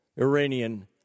Iranian